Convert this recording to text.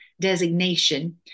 designation